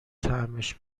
طعمش